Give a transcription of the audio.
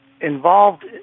involved